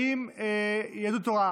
יהדות התורה,